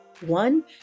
One